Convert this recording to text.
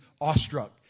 awestruck